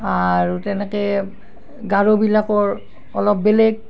আৰু তেনেকৈ গাৰোবিলাকৰ অলপ বেলেগ